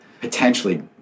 potentially